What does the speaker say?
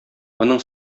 моның